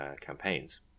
campaigns